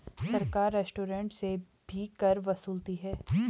सरकार रेस्टोरेंट से भी कर वसूलती है